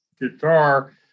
guitar